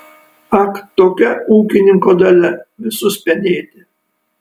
ak tokia ūkininko dalia visus penėti